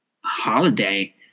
holiday